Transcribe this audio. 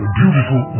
beautiful